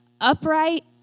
upright